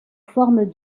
forme